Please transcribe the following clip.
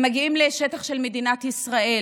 הם מגיעים לשטח של מדינת ישראל.